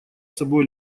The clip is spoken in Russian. собой